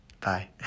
Bye